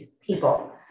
people